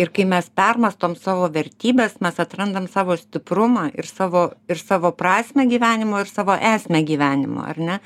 ir kai mes permąstom savo vertybes mes atrandam savo stiprumą ir savo ir savo prasmę gyvenimo ir savo esmę gyvenimo ar ne